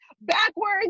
backwards